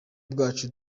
bwacu